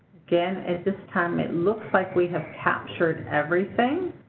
again at this time it looks like we have captured everything.